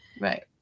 right